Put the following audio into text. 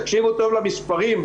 תקשיבו טוב למספרים,